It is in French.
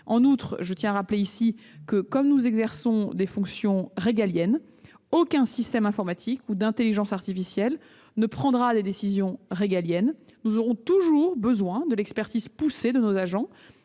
En outre- je tiens à le rappeler -, nous exerçons des fonctions régaliennes ; et aucun système informatique ou d'intelligence artificielle ne prendra de décisions régaliennes. Nous aurons toujours besoin de l'expertise poussée de nos agents,